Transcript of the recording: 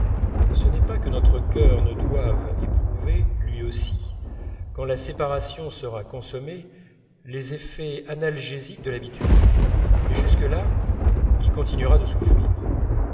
ce n'est pas que notre cœur ne doive éprouver lui aussi quand la séparation sera consommée les effets analgésiques de l'habitude mais jusque-là il continuera de souffrir